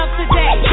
today